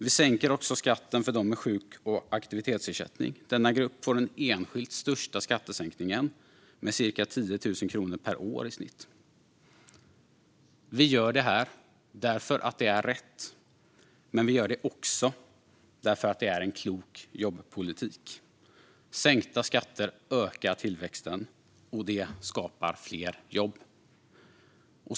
Vi sänker också skatten för dem med sjuk och aktivitetsersättning. Denna grupp får den enskilt största skattesänkningen med i snitt 10 000 kronor per år. Vi gör det därför att det är rätt, men vi gör det också därför att det är en klok jobbpolitik. Sänkta skatter ökar tillväxten, och det skapar fler jobb.